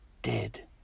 Dead